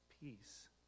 peace